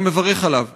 אני מברך עליו,